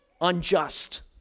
unjust